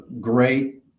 great